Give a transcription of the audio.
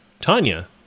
Tanya